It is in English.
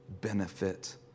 benefit